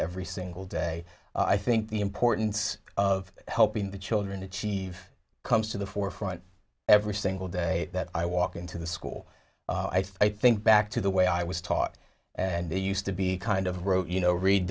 every single day i think the importance of helping the children achieve comes to the forefront every single day that i walk into the school i think back to the way i was taught and they used to be kind of rote you know read